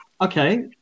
okay